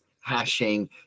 hashing